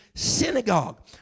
synagogue